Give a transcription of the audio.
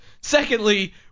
Secondly –